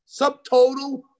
Subtotal